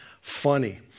funny